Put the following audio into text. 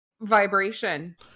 vibration